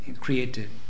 created